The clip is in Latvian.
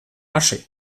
mašīnu